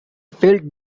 felt